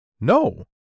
No